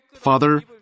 Father